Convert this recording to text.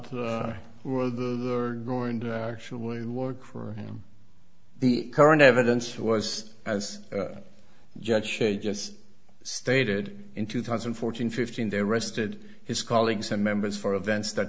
the world the are going to actually work for him the current evidence was as yet she just stated in two thousand and fourteen fifteen they arrested his colleagues and members for events that